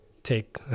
take